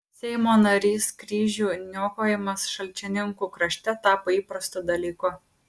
seimo narys kryžių niokojimas šalčininkų krašte tapo įprastu dalyku